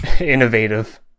Innovative